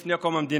לפני קום המדינה.